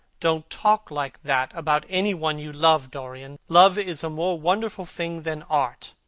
don't talk like that about any one you love, dorian. love is a more wonderful thing than art.